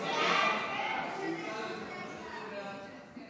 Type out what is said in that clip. כהצעת הוועדה, נתקבל.